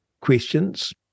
questions